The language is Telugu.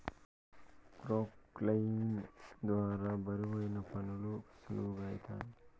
క్రొక్లేయిన్ ద్వారా బరువైన పనులు సులువుగా ఐతాయి